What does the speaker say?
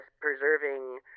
preserving